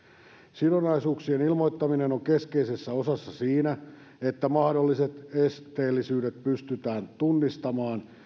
sidonnaisuuksien ilmoittaminen on keskeisessä osassa siinä että mahdolliset esteellisyydet pystytään tunnistamaan